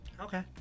okay